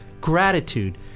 gratitude